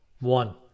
One